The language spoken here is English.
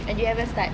and you haven't start